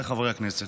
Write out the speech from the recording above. חבריי חברי הכנסת,